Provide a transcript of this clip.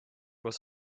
was